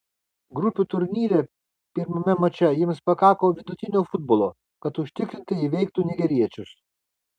grupių turnyre pirmame mače jiems pakako vidutinio futbolo kad užtikrintai įveiktų nigeriečius